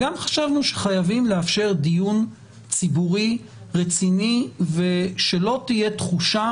חשבנו גם שחייבים לאפשר דיון ציבורי רציני שלא תהיה תחושה